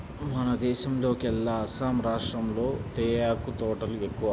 మన దేశంలోకెల్లా అస్సాం రాష్టంలో తేయాకు తోటలు ఎక్కువ